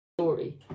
story